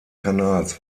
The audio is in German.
kanals